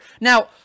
now